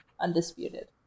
Undisputed